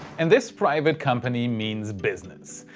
and this private company means business.